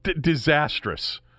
Disastrous